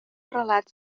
relats